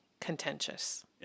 contentious